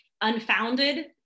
unfounded